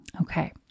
Okay